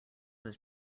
was